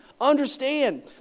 Understand